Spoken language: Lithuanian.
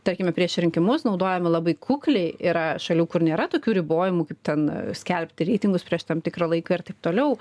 tarkime prieš rinkimus naudojami labai kukliai yra šalių kur nėra tokių ribojimų kaip ten skelbti reitingus prieš tam tikrą laiką ir taip toliau